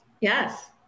yes